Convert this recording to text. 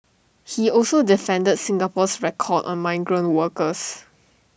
he also defended Singapore's record on migrant workers